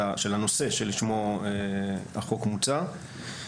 של הנושא שלשמו החוק מוצע.